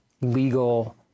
legal